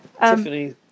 Tiffany